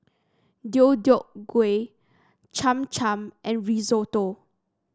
Deodeok Gui Cham Cham and Risotto